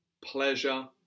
pleasure